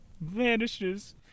vanishes